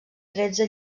tretze